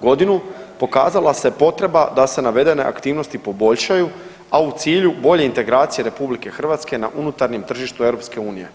godinu pokazala se potreba da se navedene aktivnosti poboljšaju, a u cilju bolje integracije RH na unutarnjem tržištu EU.